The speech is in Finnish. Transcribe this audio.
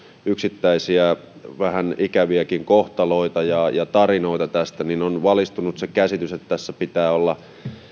yksittäisiä vähän ikäviäkin kohtaloita ja tarinoita tästä niin on valistunut se käsitys että tässä pitää olla